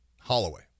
Holloway